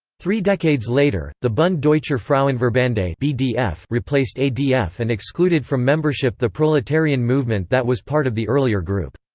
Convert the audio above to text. three decades later, the bund deutscher frauenverbande ah but replaced adf and excluded from membership the proletarian movement that was part of the earlier group.